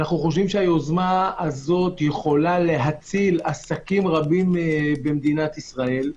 אנחנו חושבים שהיוזמה הזאת יכולה להציל עסקים רבים במדינת ישראל.